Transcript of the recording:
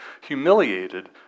Humiliated